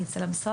אני אצא למשרד,